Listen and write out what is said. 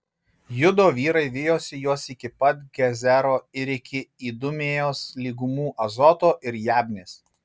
judo vyrai vijosi juos iki pat gezero ir iki idumėjos lygumų azoto ir jabnės